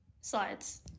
Slides